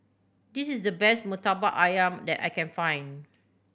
this is the best Murtabak Ayam that I can find